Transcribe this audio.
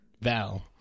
val